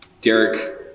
Derek